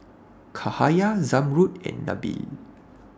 Cahaya Zamrud and Nabil